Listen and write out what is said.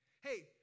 Hey